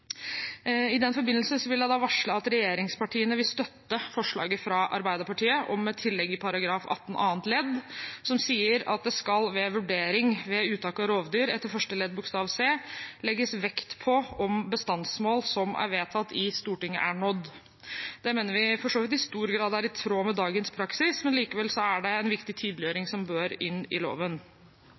I den forbindelse vil jeg varsle at regjeringspartiene vil støtte forslaget fra Arbeiderpartiet om et tillegg i § 18 annet ledd, som sier: «Det skal ved vurdering av uttak av rovvilt etter første ledd bokstav c legges vekt på om bestandsmål som er vedtatt i Stortinget, er nådd.» Det mener vi for så vidt i stor grad vil være i tråd med dagens praksis, men likevel er det en viktig tydeliggjøring, som bør inn i loven.